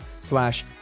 slash